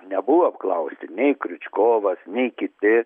nebuvo apklausti nei kriučkovas nei kiti